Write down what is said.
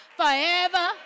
forever